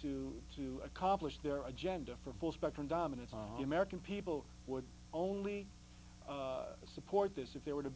to to accomplish their agenda for full spectrum dominance on the american people would only support this if they were to